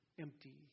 empty